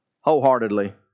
wholeheartedly